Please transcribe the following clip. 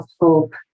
hope